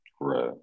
Right